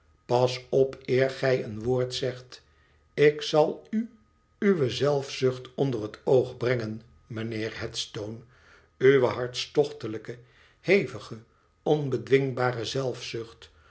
pas op eer gij een woord zegt i ik zal u uwe zelfzucht onder het oog brengen mijnheer headstone uwe hartstochtelijke hevige onbedwingbare